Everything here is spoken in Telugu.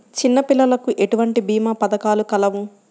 చిన్నపిల్లలకు ఎటువంటి భీమా పథకాలు కలవు?